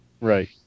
Right